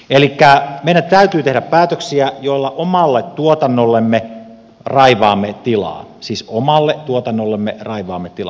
elikkä meidän täytyy tehdä päätöksiä joilla omalle tuotannollemme raivaamme tilaa siis omalle tuotannollemme raivaamme tilaa